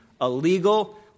illegal